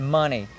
money